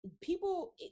People